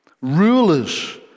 Rulers